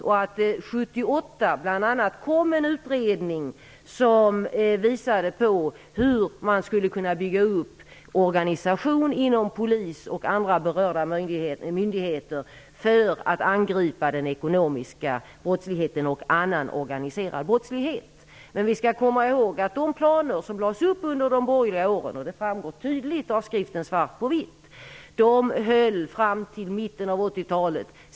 Bl.a. 1978 kom en utredning som visade på hur man skulle kunna bygga upp organisation inom polis och andra berörda myndigheter för att angripa den ekonomiska brottsligheten och annan organiserad brottslighet. Men vi skall komma ihåg att de planer som lades upp under de borgerliga åren -- det framgår tydligt av skriften Svart på vitt -- höll fram till mitten av 80-talet.